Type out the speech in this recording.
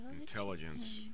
Intelligence